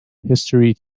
history